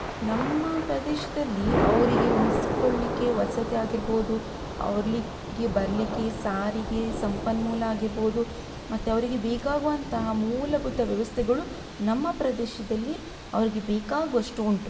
ನಮ್ಮ ಪ್ರದೇಶದಲ್ಲಿ ಅವರಿಗೆ ಉಳ್ಸ್ಕೊಳ್ಳಿಕ್ಕೆ ವಸತಿ ಆಗಿರ್ಬೋದು ಅವರಿಗೆ ಬರಲಿಕ್ಕೆ ಸಾರಿಗೆ ಸಂಪನ್ಮೂಲ ಆಗಿರ್ಬೋದು ಮತ್ತು ಅವರಿಗೆ ಬೇಕಾಗುವಂತಹ ಮೂಲಭೂತ ವ್ಯವಸ್ಥೆಗಳು ನಮ್ಮ ಪ್ರದೇಶದಲ್ಲಿ ಅವರಿಗೆ ಬೇಕಾಗುವಷ್ಟು ಉಂಟು